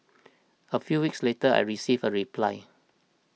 a few weeks later I received a reply